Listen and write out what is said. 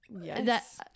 Yes